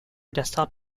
desktop